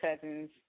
cousins